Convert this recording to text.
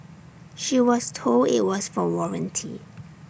she was told IT was for warranty